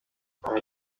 aha